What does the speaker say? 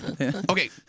Okay